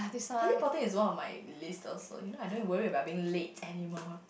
teleporting is one of my list also you know I don't need to worry about being late anymore